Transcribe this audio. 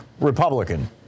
Republican